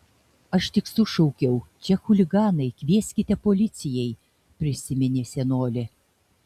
aš tik sušaukiau čia chuliganai kvieskite policijai prisiminė senolė